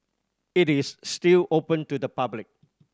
it is still open to the public